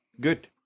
good